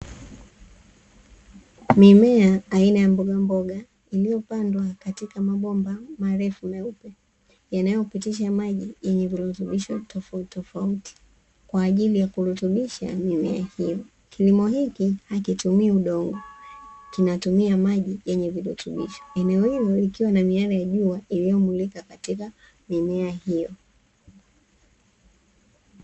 Mimea aina ya mbogamboga, iliyopandwa katika mabomba marefu meupe, yanayopitisha maji yenye virutubisho tofautitofauti kwaajili ya kurutubisha mimea hiyo. Kilimo hiki hakitumii udongo, kinatumia maji yenye virutubisho, eneo hilo likiwa na miale ya jua iliyomulika katika eneo hilo.